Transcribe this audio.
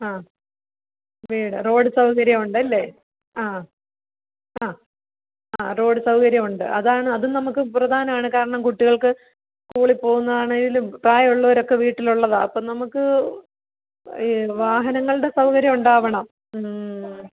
ആ വീട് റോഡ് സൗകര്യമുണ്ടല്ലേ ആ ആ ആ റോഡ് സൗകര്യമുണ്ട് അതാണ് അത് നമുക്ക് പ്രധാനവാണ് കാരണം കുട്ടികൾക്ക് സ്കൂളിപ്പോകുന്നതാണേലും പ്രായവൊള്ളവരൊക്കെ വീട്ടിലുള്ളതാണ് അപ്പം നമുക്ക് ഈ വാഹനങ്ങളുടെ സൗകര്യം ഉണ്ടാവണം